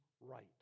right